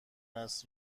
است